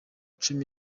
cumi